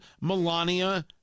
Melania